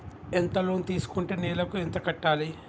ఎంత లోన్ తీసుకుంటే నెలకు ఎంత కట్టాలి?